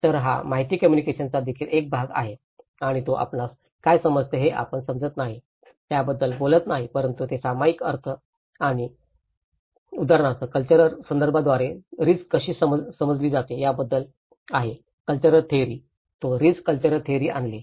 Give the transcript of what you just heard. तर हा माहिती कम्युनिकेशनाचा देखील एक भाग आहे आणि तो आपणास काय समजते हे आपण समजत नाही त्याबद्दल बोलत नाही परंतु ते सामायिक अर्थ आणि उदाहरणार्थ कल्चरल संदर्भांद्वारे रिस्क कशी समजली जाते याबद्दल आहे कल्चरल थेअरी तो रिस्क कल्चरल थेअरी आणले